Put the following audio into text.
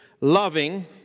loving